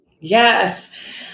Yes